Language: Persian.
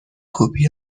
کپی